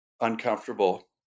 uncomfortable